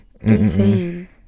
insane